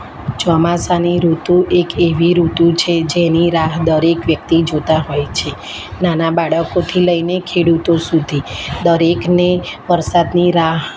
ચોમાસાની ઋતુ એક એવી ઋતુ છે જેની રાહ દરેક વ્યક્તિ જોતાં હોય છે નાના બાળકોથી લઈને ખેડૂતો સુધી દરેકને વરસાદની રાહ